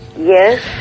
Yes